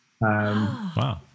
Wow